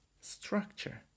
structure